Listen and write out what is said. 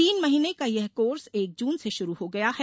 तीन महीने का ये कोर्स एक जून से शुरू हो गया है